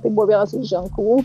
tai buvo vienas iš ženklų